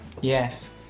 Yes